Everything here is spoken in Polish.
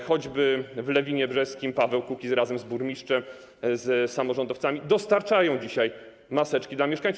Choćby w Lewinie Brzeskim Paweł Kukiz razem z burmistrzem, z samorządowcami dostarcza dzisiaj maseczki mieszkańcom.